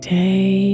day